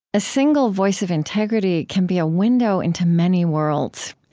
a single voice of integrity can be a window into many worlds.